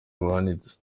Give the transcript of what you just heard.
buhanitse